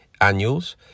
annuals